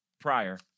prior